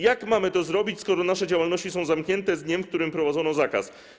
Jak mamy to zrobić, skoro nasze działalności są zamknięte z dniem, w którym wprowadzono zakaz?